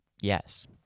yes